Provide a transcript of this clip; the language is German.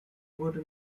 wurde